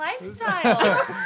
lifestyle